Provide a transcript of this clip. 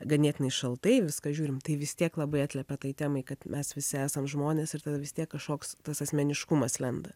ganėtinai šaltai į viską žiūrim tai vis tiek labai atliepia tai temai kad mes visi esam žmonės ir tada vis tiek kašoks tas asmeniškumas lenda